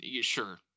sure